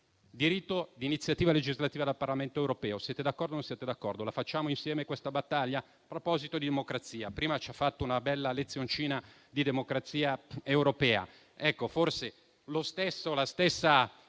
Diritto di iniziativa legislativa del Parlamento europeo: siete d'accordo o non siete d'accordo? La facciamo insieme questa battaglia? A proposito di democrazia, prima ci ha fatto una bella lezioncina di democrazia europea. Forse la stessa enfasi